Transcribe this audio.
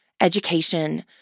education